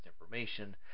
information